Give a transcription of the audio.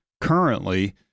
currently